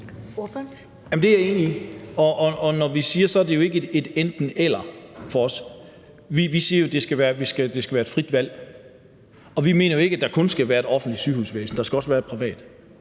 Det er jeg enig i, og det er ikke et enten-eller for os. Vi siger jo, at det skal være et frit valg. Vi mener jo ikke, at der kun skal være et offentligt sygehusvæsen. Der skal også være et privat,